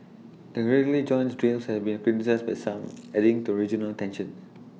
the regular joint drills have been criticised by some adding to regional tensions